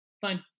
fine